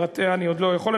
את פרטיה אני עוד לא יכול,